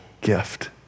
gift